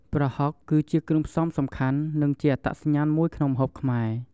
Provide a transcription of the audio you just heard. ប្រហុក គឺជាគ្រឿងផ្សំសំខាន់និងជាអត្តសញ្ញាណមួយក្នុងម្ហូបខ្មែរ។